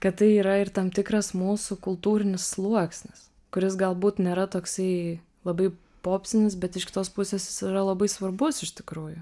kad tai yra ir tam tikras mūsų kultūrinis sluoksnis kuris galbūt nėra toksai labai popsnis bet iš kitos pusės jis yra labai svarbus iš tikrųjų